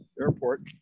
Airport